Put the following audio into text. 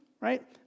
right